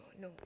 no